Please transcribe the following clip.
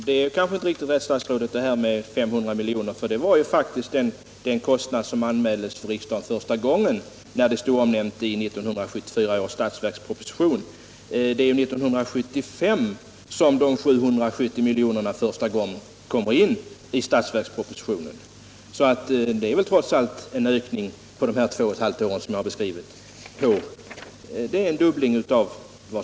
Herr talman! Det var inte riktigt rätt, herr statsråd. 500 miljoner var faktiskt den kostnad som anmäldes för riksdagen när projektet första allt är det således under de två och ett halvt år som jag beskrivit en 12 november 1976 nämndes.